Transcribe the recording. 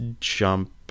jump